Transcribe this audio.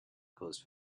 caused